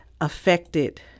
affected